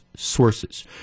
Sources